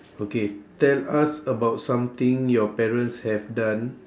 okay tell us about something your parents have done